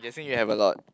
think you have a lot